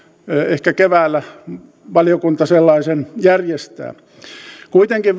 ehkä keväällä valiokunta sellaisen järjestää kuitenkin